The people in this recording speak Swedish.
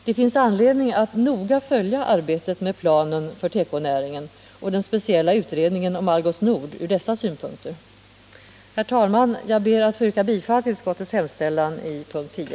Det finns anledning att noga följa arbetet med planen för tekonäringen och den speciella utredningen om Algots Nord ur dessa synpunkter. Herr talman! Jag ber att få yrka bifall till utskottets hemställan under punkten 10.